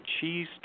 Cheese